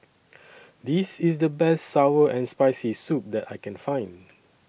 This IS The Best Sour and Spicy Soup that I Can Find